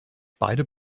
beide